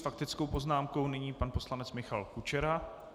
S faktickou poznámkou nyní pan poslanec Michal Kučera.